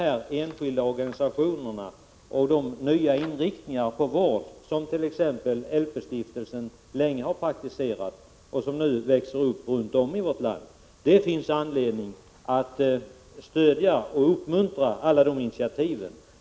Det finns även anledning att uppmuntra och stödja sådana nya vårdinriktningar som t.ex. LP-stiftelsen sedan länge har praktiserat och som nu växer upp runt omkring i vårt land.